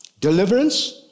deliverance